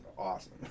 awesome